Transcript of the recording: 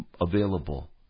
available